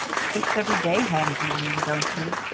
six-every-day hens, you mean, don't you?